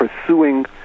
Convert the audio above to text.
pursuing